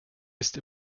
ist